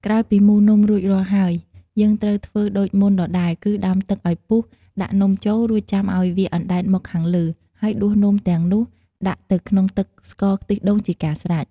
ក្រោយពីមូលនំរួចរាល់ហើយ យើងត្រូវធ្វើដូចមុនដដែលគឺ ដាំទឹកឱ្យពុះ ដាក់នំចូល រួចចាំឱ្យវាអណ្ដែតមកខាងលើ ហើយដួសនំទាំងនោះដាក់ទៅក្នុងទឹកស្ករខ្ទិះដូងជាការស្រេច។